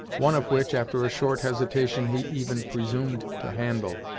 one of which, after a short hesitation, he even presumed to handle.